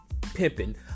pimping